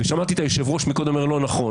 ושמעתי את היושב-ראש אומר קודם "לא נכון",